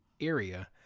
area